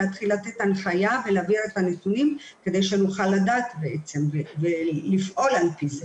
להתחיל לתת הנחיה ולהעביר את הנתונים כדי שנוכל לדעת ולפעול על פי זה.